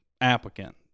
applicant